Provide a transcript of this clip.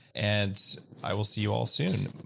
and i will see you all soon.